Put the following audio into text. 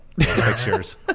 pictures